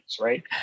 right